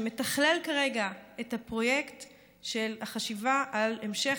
שמתכלל כרגע את הפרויקט של החשיבה על המשך